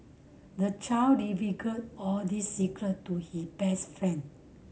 the child all the secret to his best friend